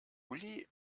uli